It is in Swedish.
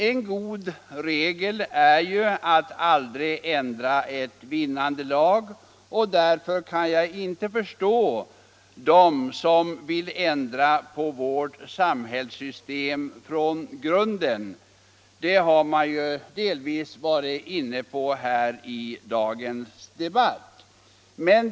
En god regel är ju att aldrig ändra ett vinnande lag, och därför kan jag inte förstå dem som vill ändra vårt samhällssystem från grunden. Det har man tidigare delvis varit inne på här i dagens debatt.